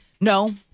No